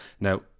Now